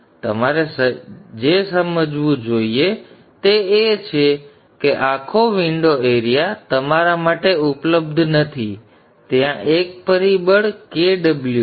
તેથી તમારે જે સમજવું જોઈએ તે એ છે કે આખો વિંડો એરીયા તમારા માટે ઉપલબ્ધ નથી ત્યાં એક પરિબળ Kw છે